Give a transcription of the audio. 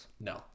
No